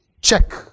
check